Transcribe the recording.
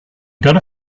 gotta